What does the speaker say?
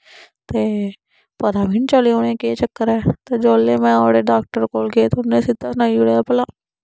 ते पता उनेंगी निं चलेया भला केह् चक्कर ऐ ते जोल्ले डाक्टर कोल गे ते उनै सिद्दा सनाई ओड़ेया भला